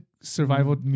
survival